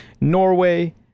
Norway